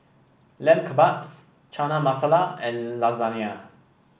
Lamb Kebabs Chana Masala and Lasagne